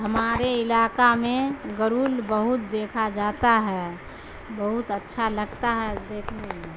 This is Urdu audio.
ہمارے علاقہ میں گرول بہت دیکھا جاتا ہے بہت اچھا لگتا ہے دیکھنے میں